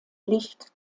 licht